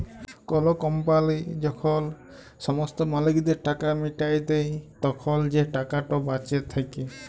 call company যখল সমস্ত মালিকদের টাকা মিটাঁয় দেই, তখল যে টাকাট বাঁচে থ্যাকে